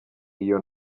iyo